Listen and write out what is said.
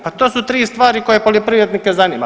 Pa to su tri stvari koje poljoprivrednike zanima.